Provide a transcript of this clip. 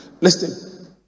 listen